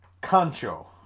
concho